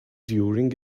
during